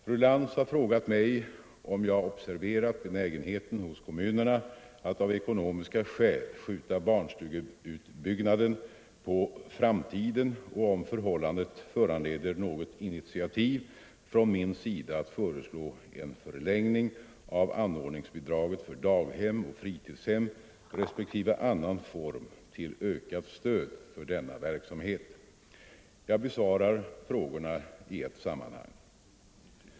Fru Lantz har frågat mig om jag observerat benägenheten hos kommunerna att av ekonomiska skäl skjuta barnstugeutbyggnad på framtiden och om förhållandet föranleder något initiativ från min sida att föreslå en förlängning av anordningsbidraget för daghem och fritidshem respektive annan form till ökat stöd för denna verksamhet. Jag besvarar frågorna i ett sammanhang.